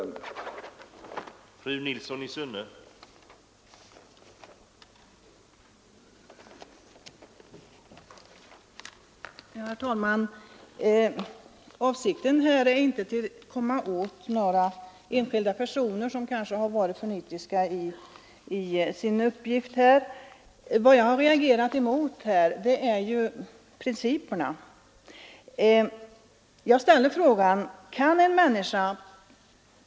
25 april 1974